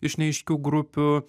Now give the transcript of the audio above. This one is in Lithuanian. iš neaiškių grupių